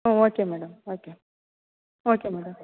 ah okay madam okay okay madam